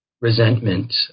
resentment